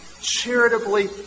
charitably